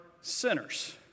sinners